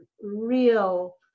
real